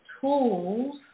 tools